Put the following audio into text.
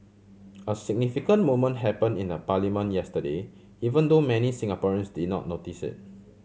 a significant moment happen in the parliament yesterday even though many Singaporeans did not notice it